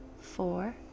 four